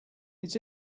its